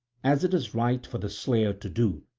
as it is right for the slayer to do,